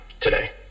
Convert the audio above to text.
today